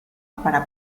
para